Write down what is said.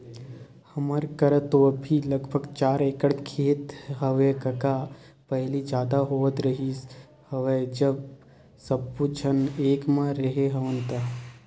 हमर करा तो अभी लगभग चार एकड़ खेत हेवय कका पहिली जादा होवत रिहिस हवय जब सब्बो झन एक म रेहे हवन ता